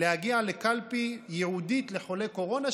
להגיע לקלפי ייעודית לחולי קורונה,